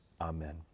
Amen